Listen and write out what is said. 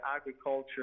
agriculture